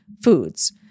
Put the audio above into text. foods